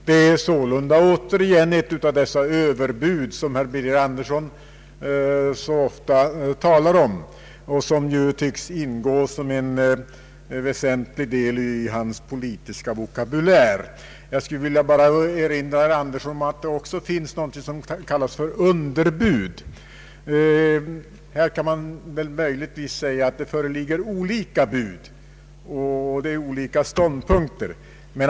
Det är sålunda här återigen fråga om ett av dessa ”överbud”, som herr Birger Andersson så ofta talar om — ett uttryck som tycks ingå som en väsentlig del i hans politiska vokabulär. Jag skulle dock vilja erinra herr Andersson om att det också finns något som heter underbud. Här kan man möjligen säga att det föreligger olika bud och olika ståndpunkter.